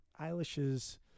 Eilish's